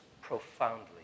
profoundly